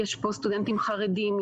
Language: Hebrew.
גם חרדים,